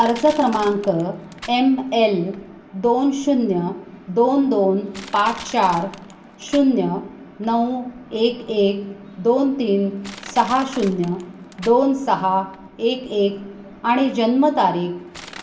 अर्ज क्रमांक M L दोन शून्य दोन दोन पाच चार शून्य नऊ एक एक दोन तीन सहा शून्य दोन सहा एक एक आणि जन्मतारीख